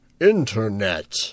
INTERNET